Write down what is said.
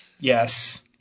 Yes